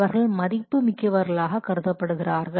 அவர்கள் மதிப்பு மிக்கவர்களாக கருதப்படுகிறார்கள்